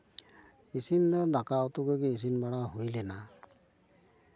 ᱤᱥᱤᱱ ᱫᱚ ᱫᱟᱠᱟ ᱩᱛᱩ ᱠᱚᱜᱮ ᱤᱥᱤᱱ ᱵᱟᱲᱟ ᱦᱩᱭ ᱞᱮᱱᱟ